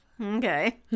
Okay